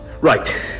right